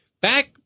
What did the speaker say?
Back